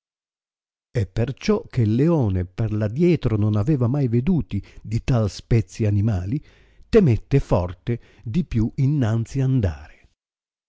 e perciò che il leone per l adietro non aveva mai veduti di tal spezie animali temette forte di più innanzi andare